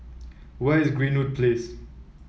where is Greenwood Place